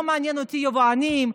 לא מעניין אותי יבואנים,